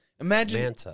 Imagine